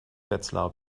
wetzlar